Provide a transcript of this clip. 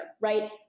right